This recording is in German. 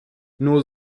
nur